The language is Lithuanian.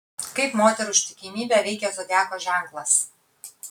kaip moterų ištikimybę veikia zodiako ženklas